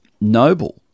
noble